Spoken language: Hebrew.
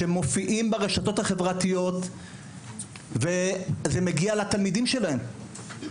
שמופיעים ברשתות החברתיות וזה מגיע לתלמידים שלהם.